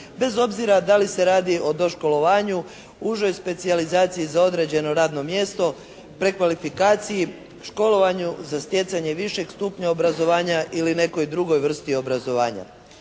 bez obzira da li se radi o doškolovanju, užoj specijalizaciji za određeno radno mjesto, prekvalifikaciji, školovanju za stjecanje višeg stupnja obrazovanja ili nekoj drugoj vrsti obrazovanja.